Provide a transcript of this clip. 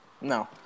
No